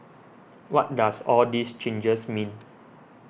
what does all these changes mean